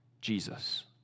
Jesus